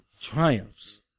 triumphs